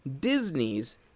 Disney's